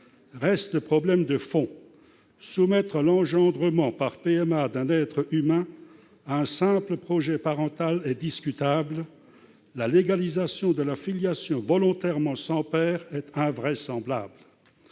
Reste le problème de fond : soumettre l'engendrement par PMA d'un être humain à un simple projet parental est discutable ; la légalisation de la filiation volontairement sans père est invraisemblable.